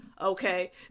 Okay